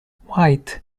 white